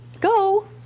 go